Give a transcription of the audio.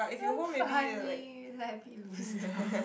very funny like a bit loser